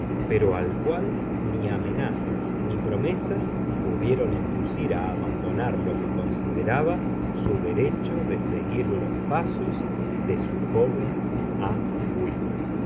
pero al cual ni amenazas ni promesas pudieron inducir a abandonar lo que consideraba su derecho de seguir los pasos de su joven amo